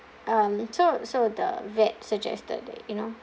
um so so the vet suggested that you know